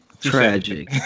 tragic